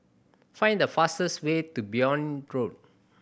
find the fastest way to Benoi Road